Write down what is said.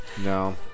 No